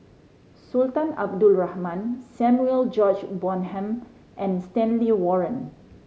Sultan Abdul Rahman Samuel George Bonham and Stanley Warren